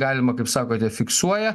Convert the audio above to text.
galima kaip sakote fiksuoja